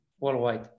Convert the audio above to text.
worldwide